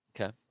Okay